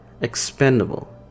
expendable